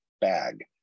bag